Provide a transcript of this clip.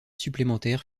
supplémentaire